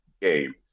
game